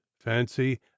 fancy